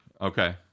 Okay